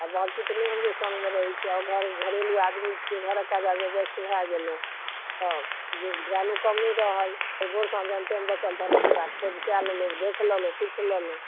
बाँकि तऽ नहि हमरो सङ्गमे रहैत छै आओर घर हम घरेलु आदमी छी घरक काज राजमे व्यस्त भए गेलहुँ तऽ ध्यानो कमे रहल भोर साँझ जहन टाइम बचल तहन एकरा खोज कए लेलहुँ देखि लेलहुँ पुछि लेलहुँ